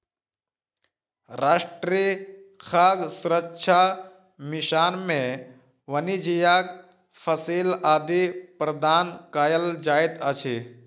राष्ट्रीय खाद्य सुरक्षा मिशन में वाणिज्यक फसिल आदि प्रदान कयल जाइत अछि